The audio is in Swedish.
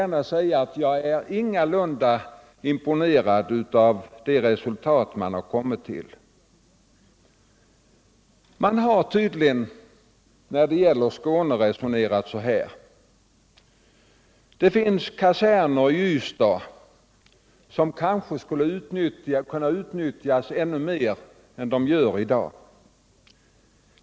Men jag är ingalunda imponerad av det resultat man har kommit fram till. Man har tydligen när det gäller Skåne resonerat så här: Det finns kaserner i Ystad som kanske skulle kunna utnyttjas ännu mer än i dag.